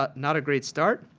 ah not a great start.